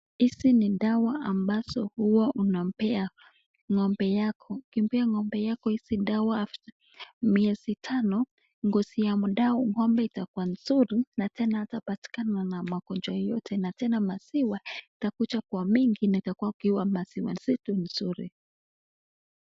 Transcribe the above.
Hizi ni dawa ambazo huwa unamlea ngombe yako ukipea ngombe yako hizi dawa miezi tano ngozi ya mdama ngombe itakuwa mzuri tena hatapatikana na magonjwa yoyote na tena maziwa itakuwa itakuja wa wimngi itakuwa maziwa mzitu mzuri.